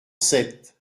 sept